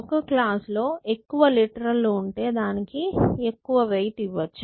ఒక క్లాజ్ లో ఎక్కువ లిటరల్ లు ఉంటే దానికి ఎక్కువ వెయిట్ ఇవ్వచ్చు